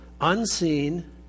unseen